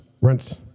rents